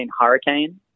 hurricane